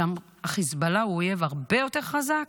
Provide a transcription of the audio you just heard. שם החיזבאללה הוא אויב הרבה יותר חזק,